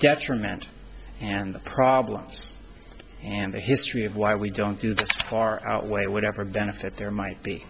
detriment and the problems and the history of why we don't do this far outweigh whatever benefit there might be